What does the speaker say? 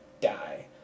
die